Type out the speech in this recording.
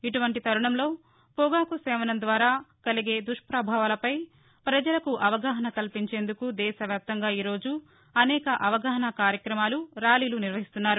ఇటువంటి తరుణంలో పొగాకు సేవనం ద్వారా కలిగే దుష్టభావాలపై పజలకు అవగాహన కల్పించేందుకు దేశవ్యాప్తంగా ఈ రోజు అనేక అవగాహనా కార్యక్రమాలు ర్యాలీలు నిర్వహిస్తున్నారు